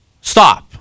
Stop